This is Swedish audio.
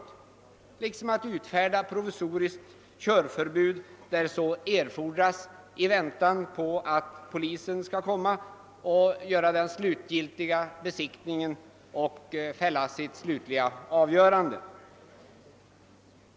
Inte heller kan de utfärda provisoriskt körförbud då så erfordras i väntan på att polisen skall komma och efter slutgiltig besiktning fälla sitt avgörande.